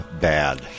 bad